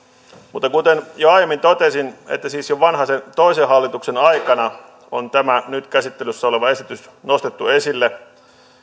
mutta kuten jo aiemmin totesin siis jo vanhasen toisen hallituksen aikana on tämä nyt käsittelyssä oleva esitys nostettu esille